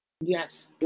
Yes